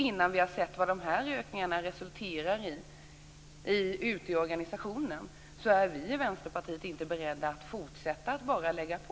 Innan vi har sett vad ökningarna resulterar i ute i organisationen är vi i Vänsterpartiet inte beredda att fortsätta att bara lägga på.